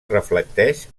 reflecteix